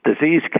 disease